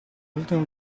l’ultimo